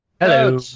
Hello